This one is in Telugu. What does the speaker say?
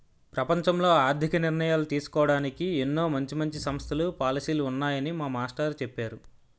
ప్రపంచంలో ఆర్థికపరమైన నిర్ణయాలు తీసుకోడానికి ఎన్నో మంచి మంచి సంస్థలు, పాలసీలు ఉన్నాయని మా మాస్టారు చెప్పేరు